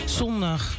zondag